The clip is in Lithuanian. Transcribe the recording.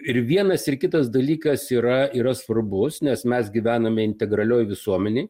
ir vienas ir kitas dalykas yra yra svarbus nes mes gyvename integralioj visuomenėj